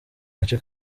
gace